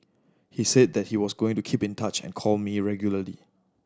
he said that he was going to keep in touch and call me regularly